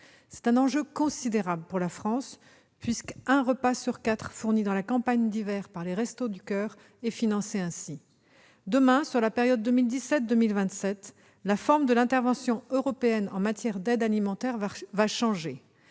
C'est un enjeu considérable pour la France puisqu'un repas sur quatre fourni pendant la campagne d'hiver par les Restos du coeur est financé par ce biais. Demain, sur la période 2021-2027, la forme de l'intervention européenne en matière d'aide alimentaire va changer,